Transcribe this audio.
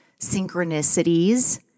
synchronicities